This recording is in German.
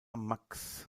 max